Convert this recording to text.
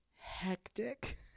hectic